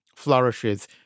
Flourishes